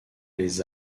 les